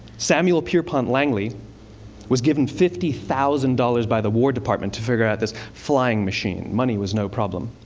samuel pierpont langley was given fifty thousand dollars by the war department to figure out this flying machine. money was no problem.